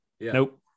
Nope